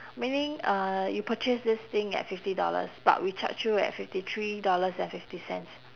meaning uh you purchase this thing at fifty dollars but we charge you at fifty three dollar and fifty cents